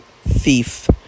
thief